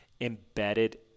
embedded